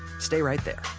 stay right there